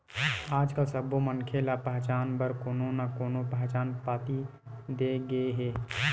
आजकाल सब्बो मनखे ल पहचान बर कोनो न कोनो पहचान पाती दे गे हे